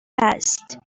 است